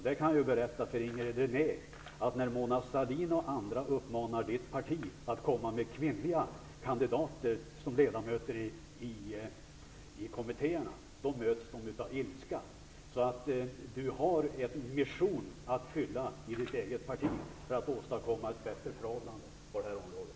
Jag kan berätta för Inger René att när Mona Sahlin och andra uppmanar Inger Renés parti att komma med kvinnliga kandidater som ledamöter i kommittéerna möts de av ilska. Inger René har en mission att fylla i sitt eget parti för att åstadkomma ett bättre förhållande på det här området.